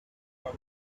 rock